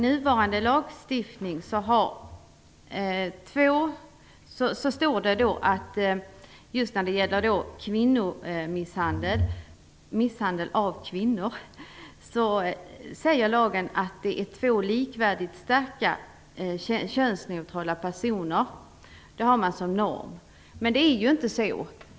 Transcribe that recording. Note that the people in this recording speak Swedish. Nuvarande lag säger, när det gäller misshandel av kvinnor, att det är fråga om två likvärdigt starka, könsneutrala personer. Det har man som norm. Men så är det inte.